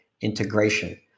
integration